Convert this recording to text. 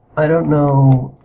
i don't know,